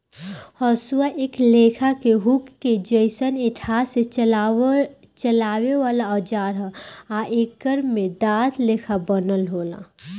हसुआ एक लेखा के हुक के जइसन एक हाथ से चलावे वाला औजार ह आ एकरा में दांत लेखा बनल होला